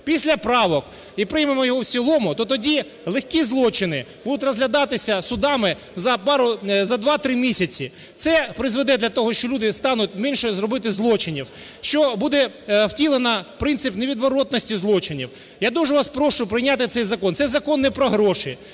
після правок і приймемо його в цілому, то тоді легкі злочини будуть розглядатися судами за 2-3 місяці. Це призведе до того, що люди стануть менше робити злочинів, що буде втілено принцип невідворотності злочинів. Я дуже вас прошу прийняти цей закон. Цей закон не про гроші,